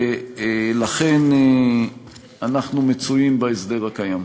לכן, אנחנו מצויים בהסדר הקיים.